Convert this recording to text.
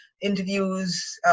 interviews